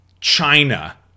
China